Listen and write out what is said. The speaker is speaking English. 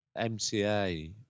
MCA